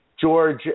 George